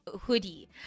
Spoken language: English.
hoodie